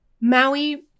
Maui